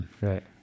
right